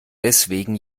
deswegen